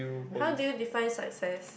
how do you define success